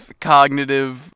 cognitive